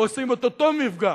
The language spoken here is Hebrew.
ועושות את אותו מפגע.